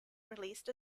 released